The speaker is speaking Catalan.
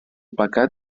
pecat